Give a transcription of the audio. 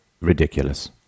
ridiculous